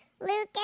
Lucas